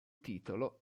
titolo